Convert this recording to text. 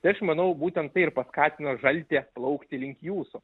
tai aš manau būtent tai ir paskatino žaltį atplaukti link jūsų